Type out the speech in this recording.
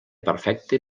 perfecte